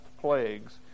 plagues